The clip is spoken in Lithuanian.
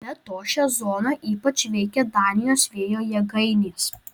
be to šią zoną ypač veikia danijos vėjo jėgainės